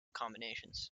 combinations